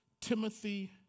Timothy